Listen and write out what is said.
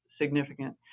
significant